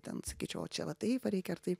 ten sakyčiau o čia va taip va reikia ar taip